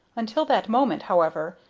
until that moment, however,